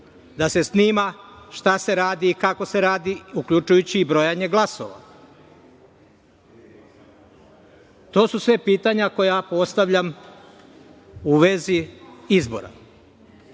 da se snima šta se radi, kako se radi, uključujući i brojanje glasova? To su sve pitanja koja postavljam u vezi izbora. Pozivam